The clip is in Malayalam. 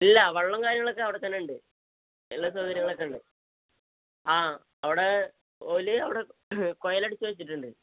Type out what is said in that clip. ഇല്ല വെള്ളവും കാര്യങ്ങളുമൊക്കെ അവിടെത്തന്നെയുണ്ട് വെള്ളവും സൗകര്യങ്ങളുമൊക്കെയുണ്ട് ആ അവിടെ അവര് അവിടെ കുഴലടച്ച് വെച്ചിട്ടുണ്ട്